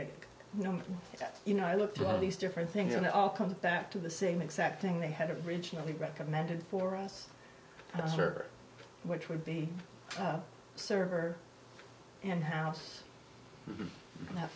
that you know i looked at all these different things and it all comes back to the same exact thing they had originally recommended for us which would be server and house